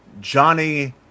Johnny